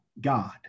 God